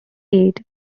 aid